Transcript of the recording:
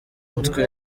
umutwe